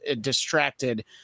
distracted